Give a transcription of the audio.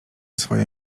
swoje